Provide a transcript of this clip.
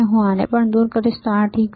હું આને દૂર કરીશ આ ઠીક છે